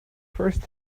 first